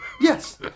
Yes